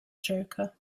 joker